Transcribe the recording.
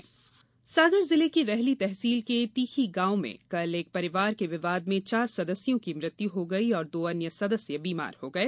परिवार विवाद सागर जिले की रेहली तहसील के तिखी गॉव में कल एक परिवार के विवाद में चार सदस्यों की मृत्यु हो गयी और दो अन्य सदस्य बीमार हो गये